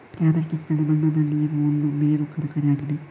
carrot ಕಿತ್ತಳೆ ಬಣ್ಣದಲ್ಲಿ ಇರುವ ಒಂದು ಬೇರು ತರಕಾರಿ ಆಗಿದೆ